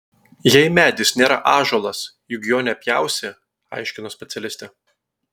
jei medis nėra ąžuolas juk jo nepjausi aiškino specialistė